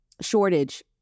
shortage